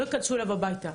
לא ייכנסו אליו הביתה.